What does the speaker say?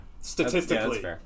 statistically